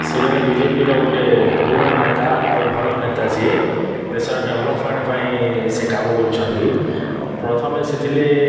ସେ ଜଣେ B J P ର ଗୋଟେ ପୁରୁଣା ନେତା ଆଉ ଭଲ ନେତା ସିଏ ଦେଶର ଡେଭଲପମେଣ୍ଟ୍ ପାଇଁ ସିଏ କାମ କରୁଛନ୍ତି ପ୍ରଥମେ ସେ ଥିଲେ